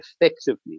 effectively